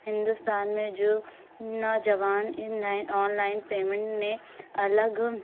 ہندوستان میں جو نوجوان ان لائن آن لائن پیمنٹ نے الگ